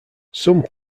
some